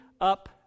up